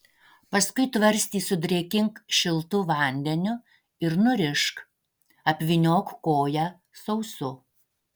paskui tvarstį sudrėkink šiltu vandeniu ir nurišk apvyniok koją sausu